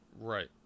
Right